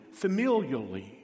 familially